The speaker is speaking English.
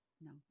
no